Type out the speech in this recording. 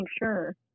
sure